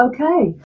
Okay